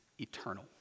eternal